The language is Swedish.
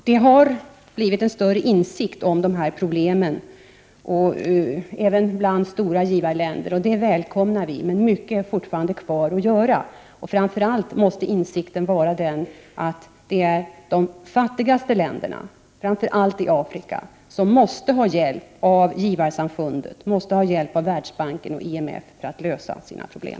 Det har blivit en större insikt om dessa problem även bland stora givarländer, vilket vi välkomnar, men mycket kvarstår ännu att göra. Framför allt måste insikt skapas att det är de fattigaste länderna, framför allt i Afrika, som måste ha hjälp av givarsamfundet, av Världsbanken och IMF för att lösa sina problem.